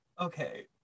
Okay